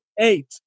eight